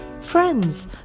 friends